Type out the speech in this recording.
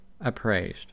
appraised